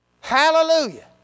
Hallelujah